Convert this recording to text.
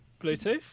Bluetooth